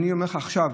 אני אומר לך עכשיו,